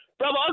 Brother